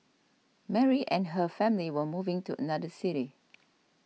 Mary and her family were moving to another city